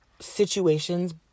situations